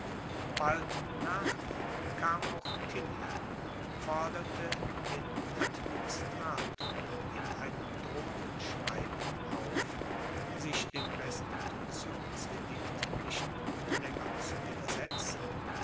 bald nach ihm kam auch tilly forderte den administrator in einem drohenden schreiben auf sich dem restitutionsedikt nicht länger zu widersetzen